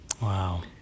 Wow